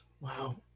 wow